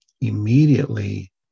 immediately